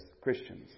Christians